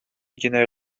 генә